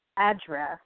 Address